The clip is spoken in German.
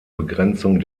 begrenzung